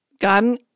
God